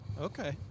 okay